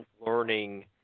learning